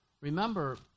Remember